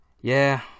Yeah